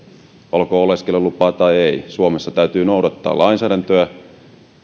olkoon oleskelulupaa tai ei suomessa täytyy noudattaa lainsäädäntöä